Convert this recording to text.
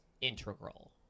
integral